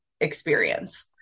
experience